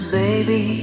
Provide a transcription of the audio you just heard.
baby